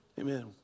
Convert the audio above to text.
Amen